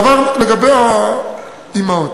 לגבי האימהות,